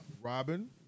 Robin